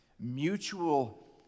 mutual